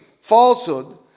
falsehood